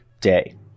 day